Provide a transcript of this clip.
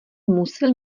musil